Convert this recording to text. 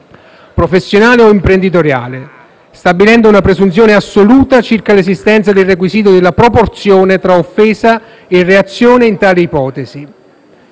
professionale o imprenditoriale, stabilendo una presunzione assoluta circa l'esistenza del requisito della proporzione tra offesa e reazione in tale ipotesi.